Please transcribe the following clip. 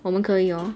我们可以 hor